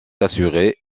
assurée